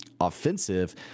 offensive